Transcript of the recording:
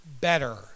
better